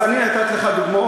אז אני נתתי לך דוגמאות,